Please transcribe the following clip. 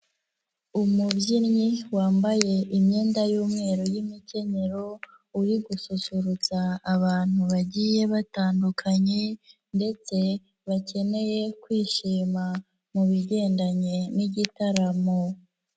Umubyinnyi wambaye imyenda y'umweru y'imikenyero, uri gususurutsa abantu bagiye batandukanye ndetse bakeneye kwishima mu bigendanye n'igitaramo.